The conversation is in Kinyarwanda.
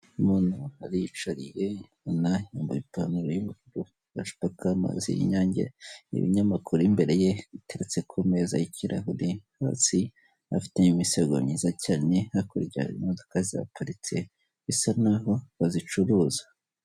Umuntu ariyicariye unambaye ipantaro y'ingururu n'agacupa ka mazi y'inyange, ibinyamakuru imbere ye biteretse ku meza y'ikirahuri. hafite imisego myiza cyane, hakurya hari imodoka ziparitse, bisa naho bazicuruza.